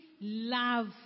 love